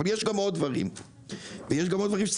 אבל יש גם עוד דברים ויש גם עוד דברים שצריך